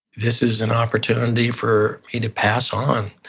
this is an opportunity for me to pass on,